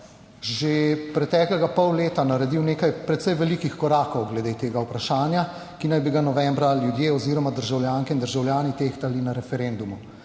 že preteklega pol leta naredil nekaj precej velikih korakov glede tega vprašanja, ki naj bi ga novembra ljudje oziroma državljanke in državljani tehtali na referendumu.